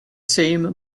same